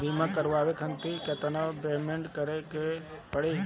बीमा करावे खातिर केतना पेमेंट करे के पड़ी?